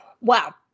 Wow